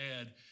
add